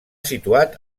situat